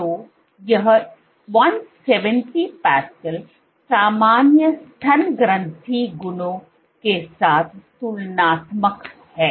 तो यह 170 पास्कल सामान्य स्तन ग्रंथि गुणों के साथ तुलनात्मक है